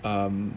um